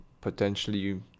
potentially